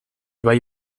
bai